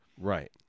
Right